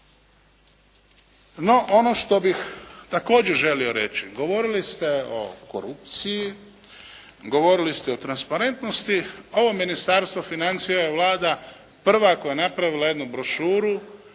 No, ono što bih također želio reći, govorili ste o korupciji, govorili ste o transparentnosti, ovo Ministarstvo financija je Vlada prva koja je napravila jednu brošuru